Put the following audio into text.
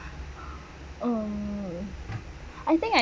um I think I